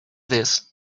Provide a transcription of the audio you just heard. this